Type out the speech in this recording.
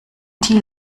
thiel